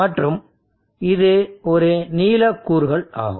மற்றும் இது ஒரு நீல கூறுகள் ஆகும்